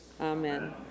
amen